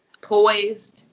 Poised